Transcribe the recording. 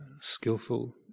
skillful